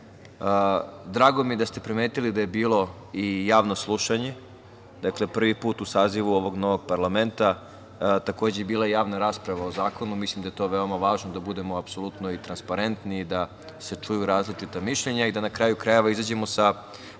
Drago mi je da ste primetili da je bilo i javno slušanje. Dakle, prvi put u sazivu ovog novog parlamenta. Takođe, bila je i javna rasprava o zakonu, mislim da je to veoma važno da budemo apsolutno i transparentni i da se čuju različita mišljenja i da na kraju krajeva izađemo sa